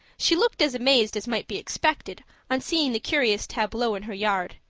she looked as amazed as might be expected on seeing the curious tableau in her yard,